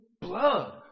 blood